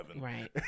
Right